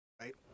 right